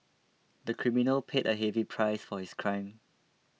the criminal paid a heavy price for his crime